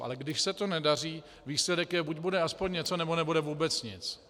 Ale když se to nedaří, výsledek je: buď bude aspoň něco, nebo bude vůbec nic.